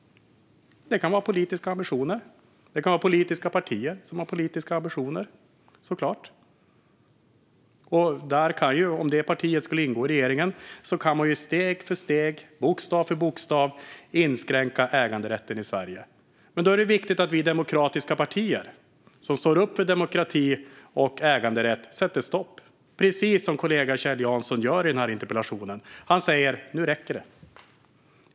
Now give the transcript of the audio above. Det kan såklart handla om politiska partier som har politiska ambitioner. Om detta parti skulle ingå i regeringen kan man steg för steg, bokstav för bokstav, inskränka äganderätten i Sverige. Men då är det viktigt att vi i de demokratiska partierna, som står upp för demokrati och äganderätt, sätter stopp - precis som kollegan Kjell Jansson gör i denna interpellation. Han säger: Nu räcker det!